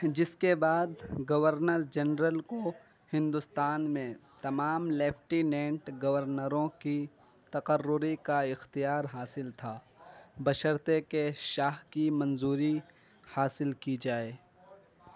جس کے بعد گورنر جنرل کو ہندوستان میں تمام لیفٹینینٹ گورنروں کی تقرری کا اختیار حاصل تھا بشرطیکہ شاہ کی منظوری حاصل کی جائے